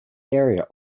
area